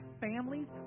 families